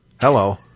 Hello